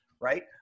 right